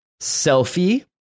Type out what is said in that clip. selfie